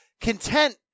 content